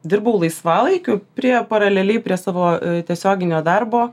dirbau laisvalaikiu prie paraleliai prie savo tiesioginio darbo